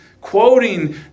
quoting